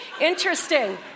Interesting